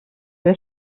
höre